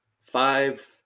five